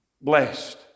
blessed